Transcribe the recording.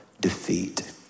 defeat